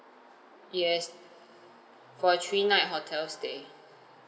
yes for three night hotel stay